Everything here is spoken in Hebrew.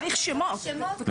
צריך שמות.